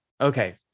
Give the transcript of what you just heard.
Okay